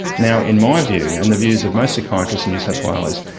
now, in my view, and the views of most psychiatrists in new south wales,